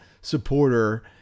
supporter